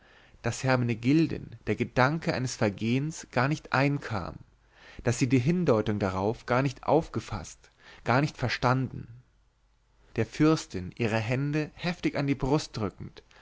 daß hermenegilden der gedanke eines vergehens gar nicht einkam daß sie die hindeutung darauf gar nicht aufgefaßt gar nicht verstanden der fürstin ihre hände heftig an die brust drückend